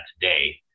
today